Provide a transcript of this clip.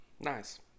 Nice